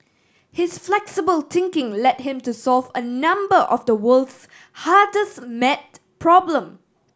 his flexible thinking led him to solve a number of the world's hardest maths problem